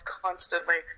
constantly